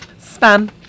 Spam